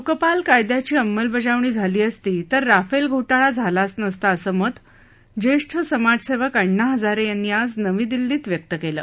लोकपाल कायदयाची अंमलबजावणी झाली असती तर राफेल घोटाळा झालाच नसता असं मत ज्येष्ठ समासेवक अण्णा हजारे यांनी आज नवी दिल्लीत व्यक्त केलं